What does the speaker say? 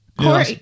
Corey